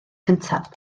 cyntaf